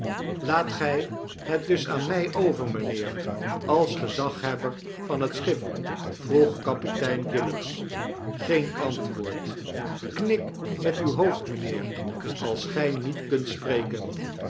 laat gy het dus aan my over mynheer als gezagheober van het schip vroeg kapitein gillops geen antwoord knik met uw hoofd mynheer als gy niet kuntspreken